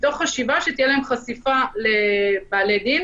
מתוך חשיבה שתהיה להם חשיפה לבעלי דין